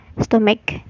stomach